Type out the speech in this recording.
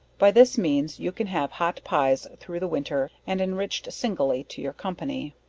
by this means you can have hot pies through the winter, and enrich'd singly to your company.